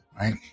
right